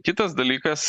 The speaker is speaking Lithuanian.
kitas dalykas